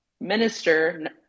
Minister